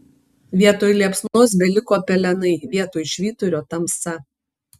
vietoj liepsnos beliko pelenai vietoj švyturio tamsa